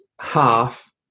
half